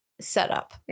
setup